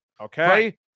Okay